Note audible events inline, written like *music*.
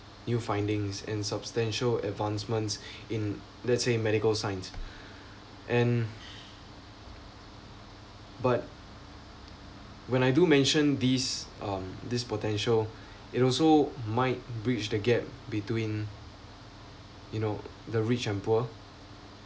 new findings and substantial advancements in let's say medical science *breath* and but when I do mention this um this potential it also might bridge the gap between you know the rich and poor